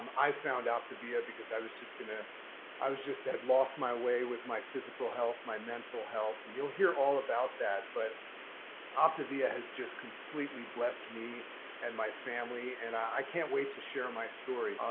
um i found optavia because i was just in a i was just had lost my way with my physical health, my mental health, and you'll hear all about that. but optavia has just completely blessed me and my family, and i can't wait to share my story.